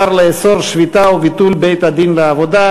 לאסור שביתות ולבטל את בתי-הדין לעבודה,